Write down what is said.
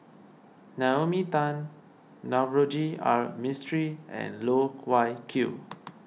Naomi Tan Navroji R Mistri and Loh Wai Kiew